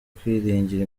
kwiringira